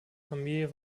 familie